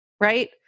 right